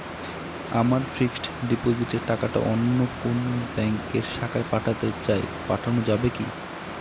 আমার ফিক্সট ডিপোজিটের টাকাটা অন্য কোন ব্যঙ্কের শাখায় পাঠাতে চাই পাঠানো যাবে কি?